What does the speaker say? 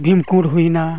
ᱵᱷᱤᱢᱠᱩᱸᱰ ᱦᱩᱭᱮᱱᱟ